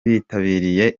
bitabiriye